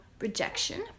rejection